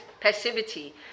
passivity